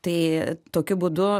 tai tokiu būdu